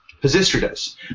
Pisistratus